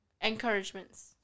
encouragements